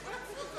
נתקבלה.